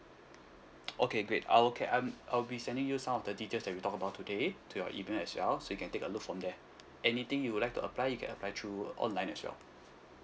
okay great uh okay um I'll be sending you some of the details that we talked about today to your email as well so you can take a look from there anything you would like to apply you can apply through online as well